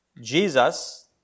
Jesus